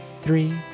three